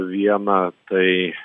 vieną tai